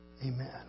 Amen